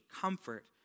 comfort